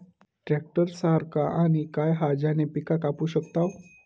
Tractor सारखा आणि काय हा ज्याने पीका कापू शकताव?